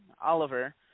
Oliver